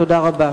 תודה רבה.